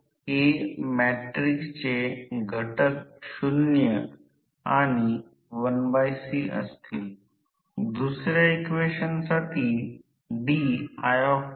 कधीकधी जर ती संख्यात्मक असेल तर जर स्लिप वेग असेल तर आम्ही E2 चा फरक घेऊ ns n ते मोटर साठी नेहमीच सकारात्मक असेल